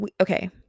Okay